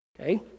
Okay